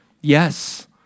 Yes